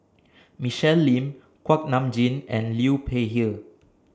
Michelle Lim Kuak Nam Jin and Liu Peihe